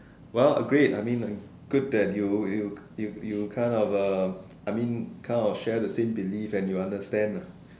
well agreed I mean good that you you you you kind of um I mean kind of share the same belief and you understand ah